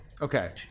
okay